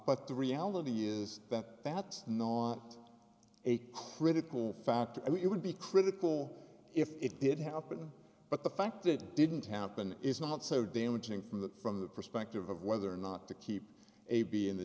but the reality is that that's no on a critical factor it would be critical if it did happen but the fact it didn't happen is not so damaging from the from the perspective of whether or not to keep a b in the